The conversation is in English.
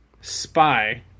spy